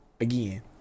Again